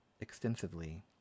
extensively